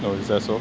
oh is that so